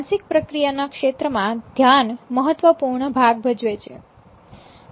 માનસિક પ્રક્રિયાના ક્ષેત્ર માં ધ્યાન મહત્વપૂર્ણ ભાગ ભજવે છે